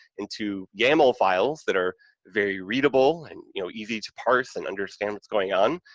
into yamal files that are very readable and, you know, easy to parse and understand what's going on,